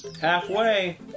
Halfway